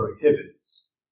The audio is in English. prohibits